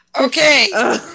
Okay